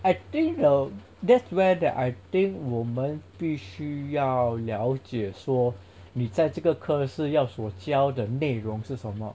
I think err that's where that I think 我们必须要了解说你在这个课室要所教的内容是什么